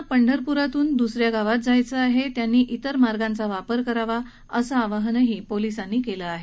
ज्यांना पंढरपुरातून दुस या गावात जायचं आहे त्यांनी तेर मार्गांचा वापर करावा असंही आवाहन पोलिसांनी केलं आहे